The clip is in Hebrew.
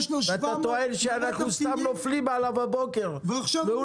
אתה טוען שאנחנו סתם נופלים עליו הבוקר והוא